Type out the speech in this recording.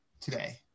today